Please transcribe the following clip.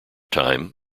time